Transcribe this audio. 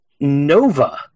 Nova